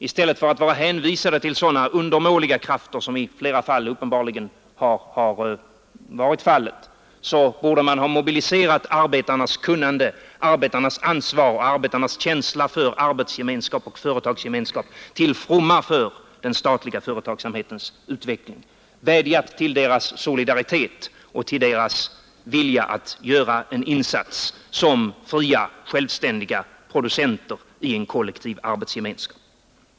I stället för att bara hänvisa till sådana undermåliga krafter, som man i flera fall uppenbarligen har gjort, borde man ha mobiliserat arbetarnas kunnande, ansvar och känsla för arbetsgemenskap och företagsgemenskap, till fromma för den statliga företagsamhetens utveckling. Man borde ha vädjat till deras solidaritet och vilja att göra en insats som fria, självständiga producenter i en kollektiv arbetsgemenskap.